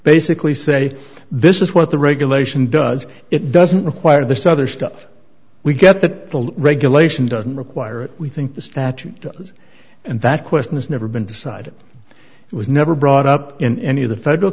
basically say this is what the regulation does it doesn't require this other stuff we get that the regulation doesn't require it we think the statute and that question has never been decided it was never brought up in any of the federal